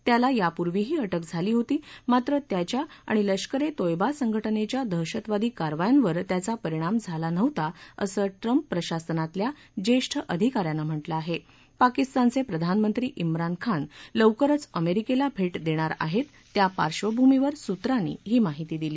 त्याला यापूर्वी ही अटक झाली होती मात्र त्याच्या आणि लष्कर ए तोयबा संघटनेच्या दहशतवादी कारवायांवर त्याचा परिणाम झाला नव्हता असं ट्रंप प्रशासनातल्या ज्येष्ठ अधिका यानं म्हटलं आहे पाकिस्तानचे प्रधानमंत्री घिन खान लवकरच अमेरिकेला भेट देणार आहेत त्या पार्वभूमीवर सूत्रांनी ही माहिती दिली